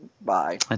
Bye